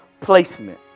placement